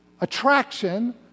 Attraction